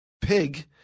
pig